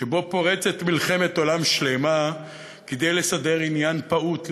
שבו פורצת מלחמת עולם שלמה כדי לסדר עניין פעוט למישהו,